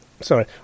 Sorry